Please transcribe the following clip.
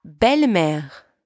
belle-mère